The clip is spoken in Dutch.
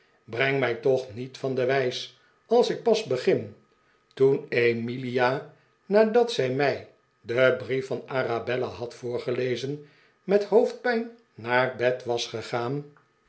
breng rriij toch niet van de wijs als ik pas begin toen emilia nadat zij mij den brief van arabella had voorgelezen met hoofdpijn naar bed was gegaan